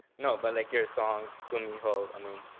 no. but like your songs, tum hi ho. i mean,